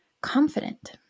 Confident